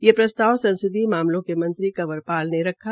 ये प्रस्ताव संसदीय मामलों के मंत्री कंवर पाल ने रखा